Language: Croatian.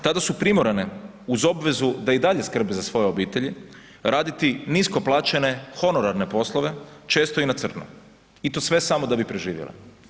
Tada su primorane uz obvezu da i dalje skrbe za svoje obitelji raditi nisko plaćene honorarne poslove često i na crno i to sve samo da bi preživjele.